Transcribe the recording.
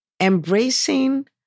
embracing